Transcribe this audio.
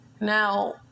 Now